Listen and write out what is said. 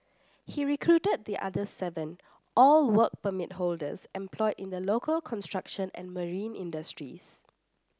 he recruited the other seven all Work Permit holders employed in the local construction and marine industries